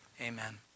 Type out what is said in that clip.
amen